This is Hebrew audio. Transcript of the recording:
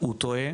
הוא טועה